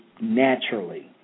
naturally